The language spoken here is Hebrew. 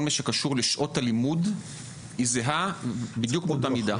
מה שקשור לשעות הלימוד היא זהה בדיוק באותה מידה.